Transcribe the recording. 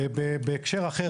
בהקשר אחר,